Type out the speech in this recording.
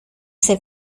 ser